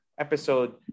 episode